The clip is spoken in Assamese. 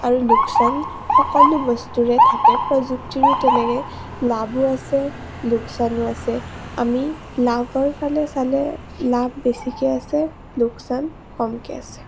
আৰু লোকচান সকলো বস্তুৰে থাকে প্ৰযুক্তিৰো তেনেকৈ লাভো আছে লোকচানো আছে আমি লাভৰ ফালে চালে লাভ বেছিকৈ আছে লোকচান কমকৈ আছে